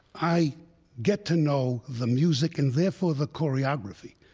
i get to know the music and, therefore, the choreography.